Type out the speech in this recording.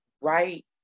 right